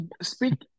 Speak